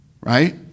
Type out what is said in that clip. Right